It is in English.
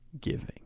giving